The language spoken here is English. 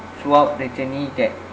throughout the journey that